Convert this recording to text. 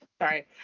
Sorry